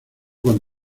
con